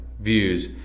views